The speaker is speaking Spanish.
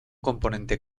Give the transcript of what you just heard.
componente